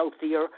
healthier